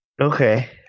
Okay